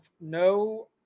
no